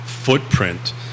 footprint